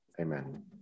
Amen